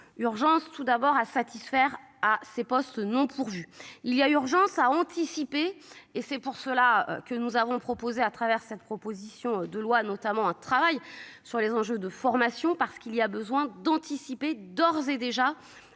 urgence tout d'abord à satisfaire à ces postes non pourvus, il y a urgence à anticiper et c'est pour cela que nous avons proposé à travers cette proposition de loi notamment un travail sur les enjeux de formation parce qu'il y a besoin d'anticiper, d'ores et déjà